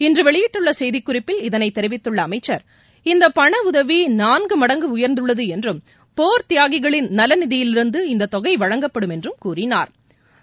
இன்று வெளியிட்டுள்ள செய்திக் குறிப்பில் இதனை தெரிவித்துள்ள அமைச்சர் இந்த பன உதவி நான்கு மடங்கு உயர்ந்துள்ளது என்றும் போர் தியாகிகளின் நலநிதியிலிருந்து இந்த தொகை வழங்கப்படும் என்று கூறினா்